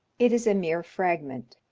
it is a mere fragment.